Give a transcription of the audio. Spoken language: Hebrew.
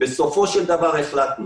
בסופו של דבר החלטנו